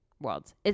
worlds